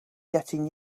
getting